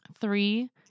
Three